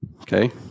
Okay